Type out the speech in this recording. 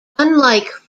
unlike